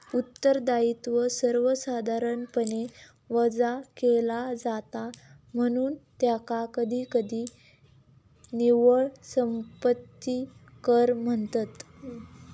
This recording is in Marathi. उत्तरदायित्व सर्वसाधारणपणे वजा केला जाता, म्हणून त्याका कधीकधी निव्वळ संपत्ती कर म्हणतत